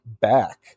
back